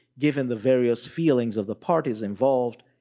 given the various feelings of the parties involved,